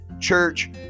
church